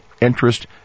interest